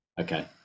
Okay